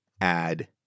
add